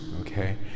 Okay